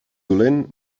dolent